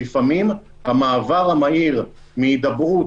לפעמים המעבר המהיר מהידברות,